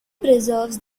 preserves